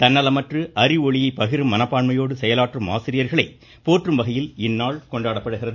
தன்னலமற்று அறிவொளியை பகிரும் மனப்பான்மையோடு செயலாற்றும் ஆசிரியர்களை போற்றும் வகையில் இந்நாள் கொண்டாடப்படுகிறது